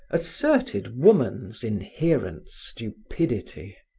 asserted woman's inherent stupidity,